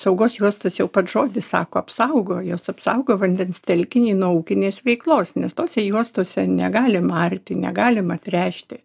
apsaugos juostas jau pats žodis sako apsaugo jos apsaugo vandens telkinį nuo ūkinės veiklos nes tose juostose negalima arti negalima tręšti